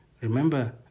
Remember